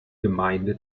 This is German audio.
gemeinde